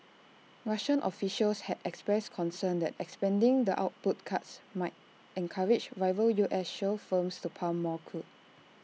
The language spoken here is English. Russian officials had expressed concern that extending the output cuts might encourage rival U S shale firms to pump more crude